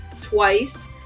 twice